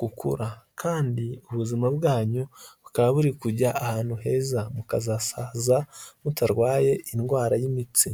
gukura kandi ubuzima bwanyu bukaba buri kujya ahantu heza, mukazasaza mutarwaye indwara y'imitsi.